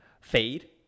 fade